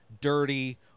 dirty